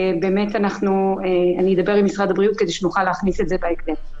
ואני אדבר עם משרד הבריאות כדי שנוכל להכניס את זה בהקדם.